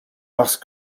parce